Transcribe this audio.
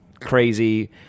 crazy